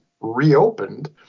reopened